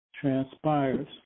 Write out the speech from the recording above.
Transpires